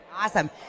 Awesome